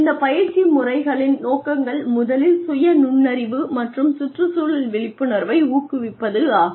இந்த பயிற்சி முறைகளின் நோக்கங்கள் முதலில் சுய நுண்ணறிவு மற்றும் சுற்றுச்சூழல் விழிப்புணர்வை ஊக்குவிப்பதாகும்